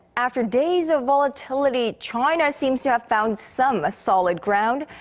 after days of volatility. china seems to have found some solid ground.